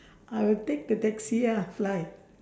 I will take the taxi ah fly